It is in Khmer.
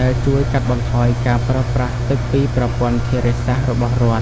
ដែលជួយកាត់បន្ថយការប្រើប្រាស់ទឹកពីប្រព័ន្ធធារាសាស្ត្ររបស់រដ្ឋ។